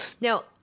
Now